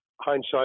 Hindsight